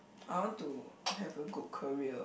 I want to have a good career